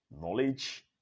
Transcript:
knowledge